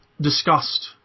discussed